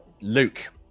luke